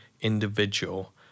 individual